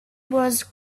was